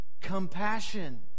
compassion